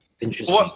Interesting